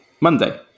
Monday